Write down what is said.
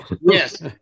Yes